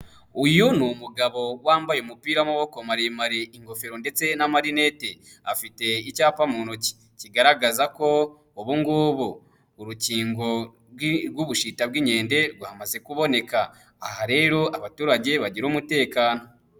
Uyu ni umugabo wambaye umupira w'amaboko maremare, ingofero ndetse n'amarinete, afite icyapa mu ntoki kigaragaza ko ubu ngubu urukingo rw'ubushita bw'inkende rwamaze kuboneka. Aha rero abaturage bagira umutekano.